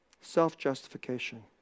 Self-justification